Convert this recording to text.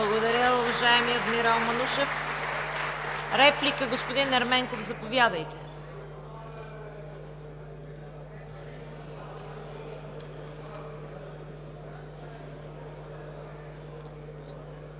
Благодаря, уважаеми адмирал Манушев. Реплика? Господин Ерменков – заповядайте. ТАСКО